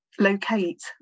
Locate